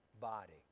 body